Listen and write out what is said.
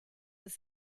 was